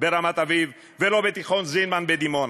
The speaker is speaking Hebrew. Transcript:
ברמת-אביב ולא בתיכון "זינמן" בדימונה,